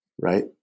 right